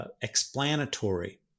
explanatory